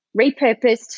repurposed